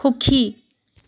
সুখী